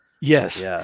Yes